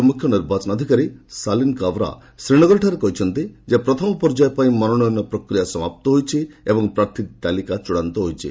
ରାଜ୍ୟ ମୁଖ୍ୟ ନିର୍ବାଚନ ଅଧିକାରୀ ସାଲିନ୍ କାବ୍ରା ଶ୍ରୀନଗରଠାରେ କହିଛନ୍ତି ପ୍ରଥମ ପର୍ଯ୍ୟାୟ ପାଇଁ ମନୋନୟନ ପ୍ରକ୍ରିୟା ସମାପ୍ତ ହୋଇଛି ଏବଂ ପ୍ରାର୍ଥୀ ତାଲିକା ଚୂଡ଼ାନ୍ତ ହୋଇଛି